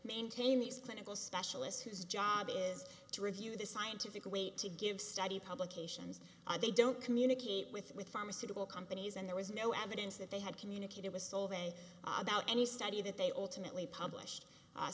maintain these clinical specialists whose job it is to review the scientific way to give study publications they don't communicate with with pharmaceutical companies and there was no evidence that they had communicated with solving about any study that they alternately published